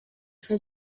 for